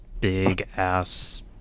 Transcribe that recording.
big-ass